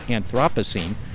Anthropocene